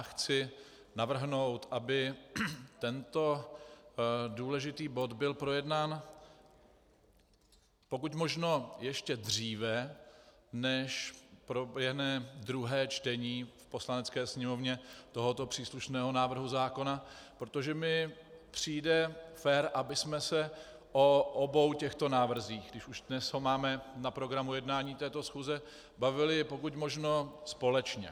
Chci navrhnout, aby tento důležitý bod byl projednán pokud možno ještě dříve, než proběhne druhé čtení v Poslanecké sněmovně tohoto příslušného návrhu zákona, protože mi přijde fér, abychom se o obou těchto návrzích, když už to máme na programu jednání této schůze, bavili pokud možno společně.